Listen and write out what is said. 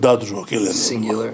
singular